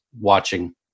watching